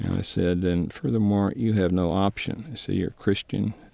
i said, and, furthermore, you have no option. you see, you're christian.